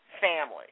family